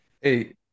Hey